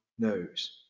knows